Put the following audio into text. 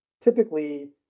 Typically